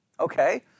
Okay